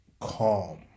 calm